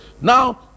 Now